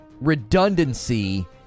redundancy